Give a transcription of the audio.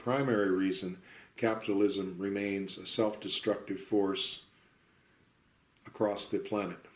primary reason capitalism remains a self destructive force across the planet